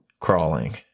Crawling